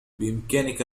بإمكانك